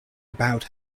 about